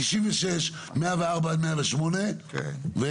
96, 104 עד 108 ו-?